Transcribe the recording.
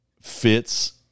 fits